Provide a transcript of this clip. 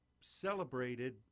celebrated